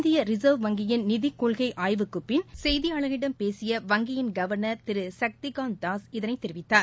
இந்திய ரிசர்வ் வங்கியின் நிதிக்கொள்கை ஆய்வுக்குப் பின் செய்தியாளர்களிடம் பேசிய வங்கியின் கவர்னர் திரு சக்திகாந்த் தாஸ் இதனை தெரிவித்தார்